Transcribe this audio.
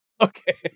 okay